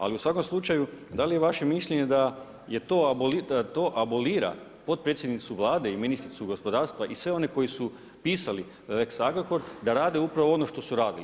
Ali u svakom slučaju, da li je vaše mišljenje da to abolira potpredsjednicu Vlade i ministricu gospodarstva i sve one koji su pisali lex Agrokor da rade upravo ono što su radili?